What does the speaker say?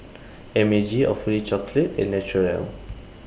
M A G Awfully Chocolate and Naturel